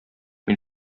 мин